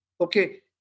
Okay